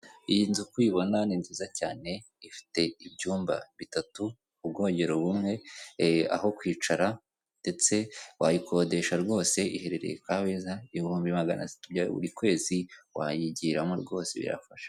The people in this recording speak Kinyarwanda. Iyi nzu uko uyibona ni nziza cyane, ifite ibyumba bitatu, ubwogero bumwe, aho kwicara ndetse wayikodesha rwose iherereye Kabeza, ni ibihumbi magana tatu bya buri kwezi wayigiramo rwose birafasha.